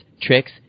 tricks